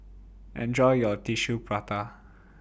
Enjoy your Tissue Prata